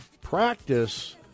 practice